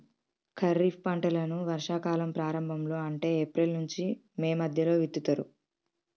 ఖరీఫ్ పంటలను వర్షా కాలం ప్రారంభం లో అంటే ఏప్రిల్ నుంచి మే మధ్యలో విత్తుతరు